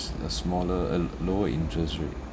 a smaller a l~ lower interest rate